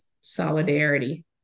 solidarity